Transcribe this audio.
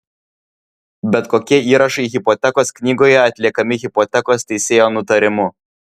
bet kokie įrašai hipotekos knygoje atliekami hipotekos teisėjo nutarimu